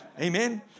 Amen